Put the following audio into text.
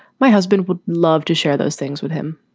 my husband would love to share those things with him,